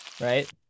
Right